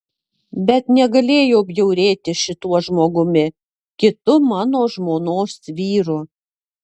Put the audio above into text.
bet negalėjau bjaurėtis šituo žmogumi kitu mano žmonos vyru